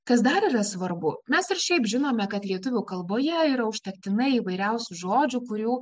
kas dar yra svarbu mes ir šiaip žinome kad lietuvių kalboje yra užtektinai įvairiausių žodžių kurių